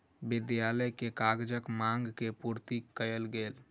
विद्यालय के कागजक मांग के आपूर्ति कयल गेल